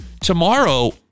tomorrow